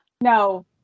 No